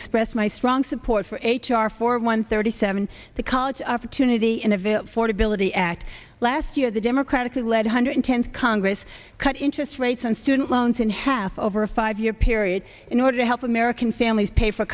express my strong support for h r four one thirty seven the college opportunity in a veil for debility act last year the democratically led hundred tenth congress cut interest rates on student loans in half over a five year period in order to help american families pay for